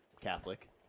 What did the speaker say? Catholic